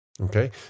Okay